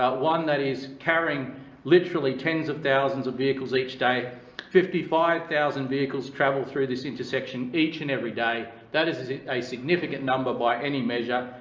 one that is carrying literally tens of thousands of vehicles each day fifty five thousand vehicles travel through this intersection each and every day. that is is a significant number by any measure,